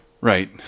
Right